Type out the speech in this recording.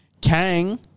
Kang